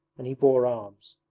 and he bore arms.